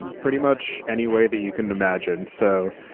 pretty much anywhere that you can imagine. so,